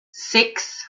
six